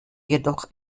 jedoch